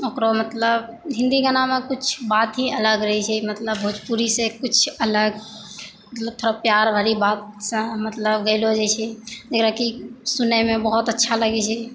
ओकरो मतलब हिन्दी गानामे कुछ बात ही अलग रहै छै मतलब भोजपुरीसँ कुछ अलग मतलब थोड़ा प्यार भरी बातसँ मतलब गायलो जाइ छै जकरा की सुनैमे बहुत अच्छा लगै छै